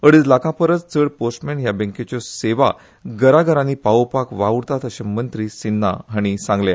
अडेज लाखां परस चड पोस्टमन ह्या बँकेच्यो सेवा घराघरांनी पावोवपाक वावुरतात अशें मंत्री सिन्हा हांणी सांगलें